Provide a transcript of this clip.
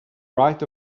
right